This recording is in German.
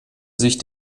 sich